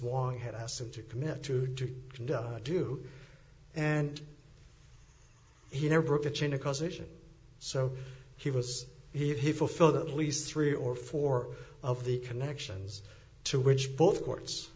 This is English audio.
wong had asked him to commit through to do and he never broke a chain of causation so he was he fulfilled at least three or four of the connections to which both courts